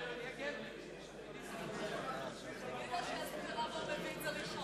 תגיד לו שיסביר למה הוא מביא את זה ראשון.